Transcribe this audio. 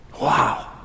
wow